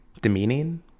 demeaning